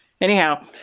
Anyhow